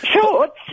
Shorts